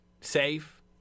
safe